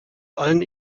allen